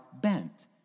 bent